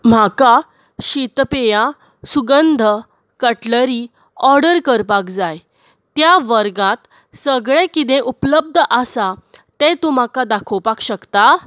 म्हाका शीतपेयां सुगंध कटलरी ऑर्डर करपाक जाय त्या वर्गांत सगळें किदें उपलब्ध आसा तें तूं म्हाका दाखोवपाक शकता